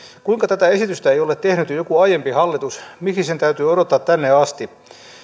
kuinka tätä esitystä ei ole tehnyt jo joku aiempi hallitus miksi sen täytyi odottaa tänne asti